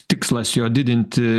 tikslas jo didinti